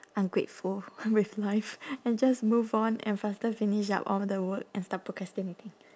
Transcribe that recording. ungrateful with life and just move on and faster finish up all the work and stop procrastinating